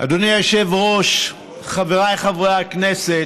אדוני היושב-ראש, חבריי חברי הכנסת,